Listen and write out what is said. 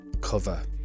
cover